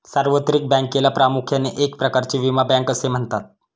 सार्वत्रिक बँकेला प्रामुख्याने एक प्रकारची विमा बँक असे म्हणतात